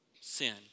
sin